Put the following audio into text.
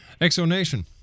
ExoNation